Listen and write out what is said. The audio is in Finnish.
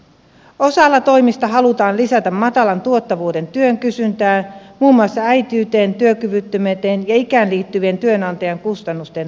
osalla toimista halutaan lisätä matalan tuottavuuden työn kysyntää muun muassa äitiyteen työkyvyttömyyteen ja ikään liittyvien työnantajan kustannusten tasaamisen kautta